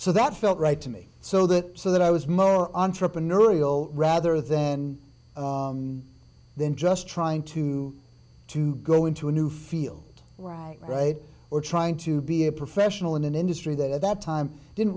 so that felt right to me so that so that i was more entrepreneurial rather then then just trying to to go into a new field right or trying to be a professional in an industry that at that time didn't